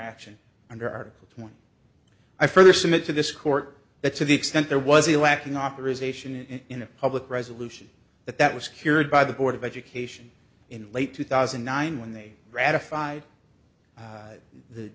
action under article one i further submit to this court that to the extent there was a lacking authorization in in a public resolution that that was secured by the board of education in late two thousand and nine when they ratified the the